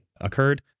occurred